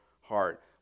heart